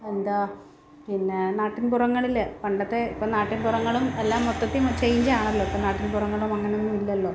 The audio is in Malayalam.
എന്താ പിന്നെ നാട്ടിൻപുറങ്ങളിൽ പണ്ടത്തെ ഇപ്പം നാട്ടിൻപുറങ്ങളും എല്ലാം മൊത്തത്തിൽ ചേഞ്ച് ആണല്ലോ ഇപ്പം നാട്ടിൻപുറങ്ങളും അങ്ങനൊന്നും ഇല്ലല്ലോ